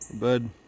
bud